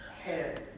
head